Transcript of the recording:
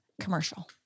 commercial